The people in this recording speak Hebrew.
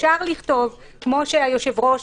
אפשר לכתוב, כפי שהיושב-ראש